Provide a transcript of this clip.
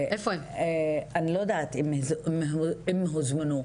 אני לא יודעת אם הם הוזמנו.